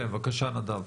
בבקשה נדב.